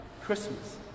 christmas